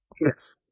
Yes